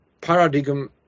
paradigm